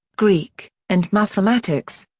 greek, and mathematics.